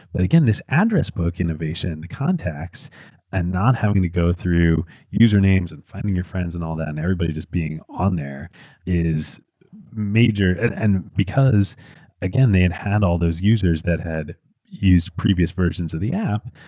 but again, this address book innovation, the contacts and not having to go through user names, finding your friends and all that, and everybody just being on there is major. and and because again, they had had all those users that had used previous versions of the app.